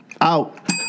out